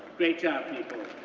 great job, people.